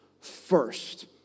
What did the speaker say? first